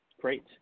Great